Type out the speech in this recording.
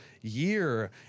year